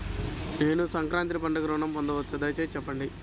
నేను సంక్రాంతికి పండుగ ఋణం పొందవచ్చా? దయచేసి చెప్పండి?